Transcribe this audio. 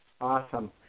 Awesome